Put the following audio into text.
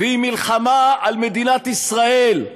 והיא מלחמה על מדינת ישראל,